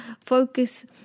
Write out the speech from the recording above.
Focus